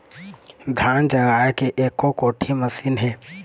धान जगाए के एको कोठी मशीन हे?